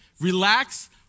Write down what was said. relax